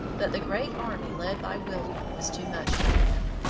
but the great army led by william was too much for them.